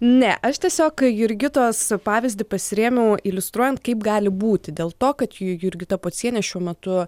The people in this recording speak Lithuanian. ne aš tiesiog jurgitos pavyzdį pasirėmiau iliustruojant kaip gali būti dėl to kad jurgita pocienė šiuo metu